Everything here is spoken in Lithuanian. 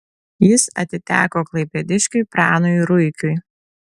jis atiteko klaipėdiškiui pranui ruikiui